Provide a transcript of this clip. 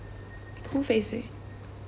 pool facing